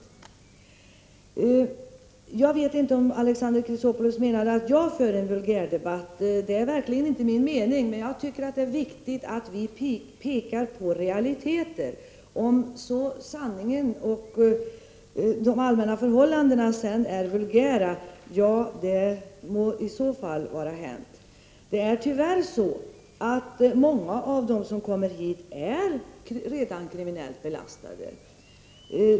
Jag vet inte om Alexander Chrisopoulos menar att jag för en vulgärdebatt, men detta är verkligen inte min mening. Jag tycker att det är viktigt att vi påpekar realiteterna. Om sedan sanningen och de allmänna förhållandena är vulgära, må det i så fall vara hänt. Tyvärr är det så att många av dem som kommer hit redan är kriminellt belastade.